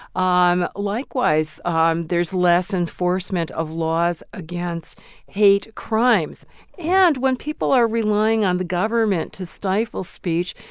um likewise, um there's less enforcement of laws against hate crimes and when people are relying on the government to stifle speech,